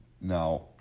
Now